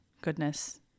Goodness